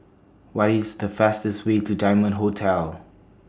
What IS The fastest Way to Diamond Hotel